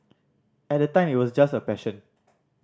at the time it was just a passion